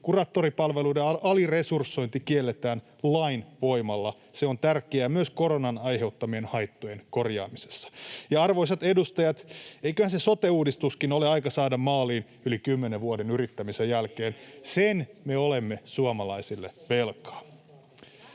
kuraattoripalveluiden aliresursointi kielletään lain voimalla. Se on tärkeää myös koronan aiheuttamien haittojen korjaamisessa. Ja, arvoisat edustajat, eiköhän se sote-uudistuskin ole aika saada maaliin [Timo Heinonen: Ei näin huonoa!] yli kymmenen vuoden yrittämisen jälkeen — sen me olemme suomalaisille velkaa.